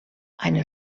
eine